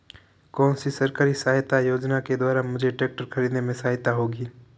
कौनसी सरकारी सहायता योजना के द्वारा मुझे ट्रैक्टर खरीदने में सहायक होगी?